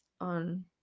on